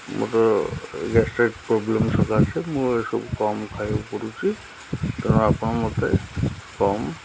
ମୋର gastric problem ସକାଶେ ମୁଁ ଏସବୁ କମ୍ ଖାଇବାକୁ ପଡ଼ୁଛି ତେଣୁ ଆପଣ ମୋତେ କମ୍